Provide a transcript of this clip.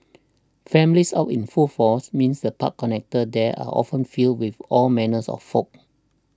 families out in full force means the park connectors there are often filled with all manners of folk